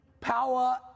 power